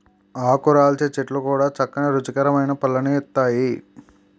ఆకురాల్చే చెట్లు కూడా చక్కని రుచికరమైన పళ్ళను ఇస్తాయి